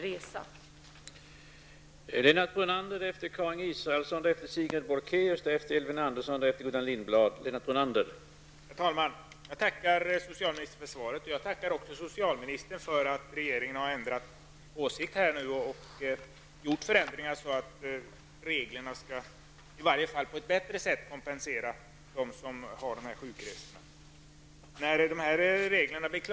Bolkéus i stället fick delta i överläggningen.